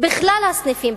בכלל הסניפים,